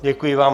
Děkuji vám.